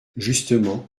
justement